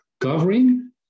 covering